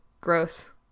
Gross